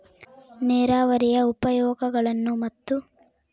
ನೇರಾವರಿಯ ಉಪಯೋಗಗಳನ್ನು ಮತ್ತು?